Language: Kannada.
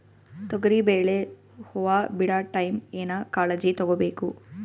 ತೊಗರಿಬೇಳೆ ಹೊವ ಬಿಡ ಟೈಮ್ ಏನ ಕಾಳಜಿ ತಗೋಬೇಕು?